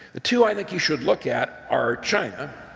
the two i think you should look at are china,